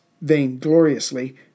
vaingloriously